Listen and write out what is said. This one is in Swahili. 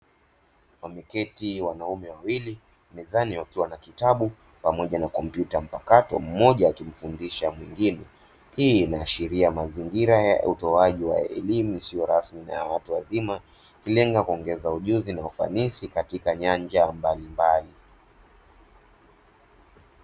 Wameketi wanaume wawili, mezani wakiwa na kitabu pamoja na kompyuta mpakato mmoja akimfundisha mwingine, hii inaashiria mazingira ya utowaji wa elimu isiyo rasmi, na ya watu wazima kulenga kuongeza ujuzi na ufanisi katika nyanja mbalimbali.